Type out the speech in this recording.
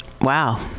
wow